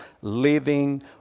living